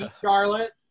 charlotte